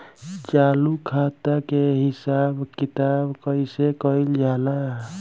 चालू खाता के हिसाब किताब कइसे कइल जाला?